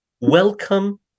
welcome